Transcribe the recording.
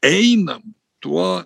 einam tuo